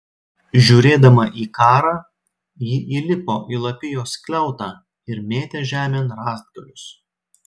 žiūrėdama į karą ji įlipo į lapijos skliautą ir mėtė žemėn rąstgalius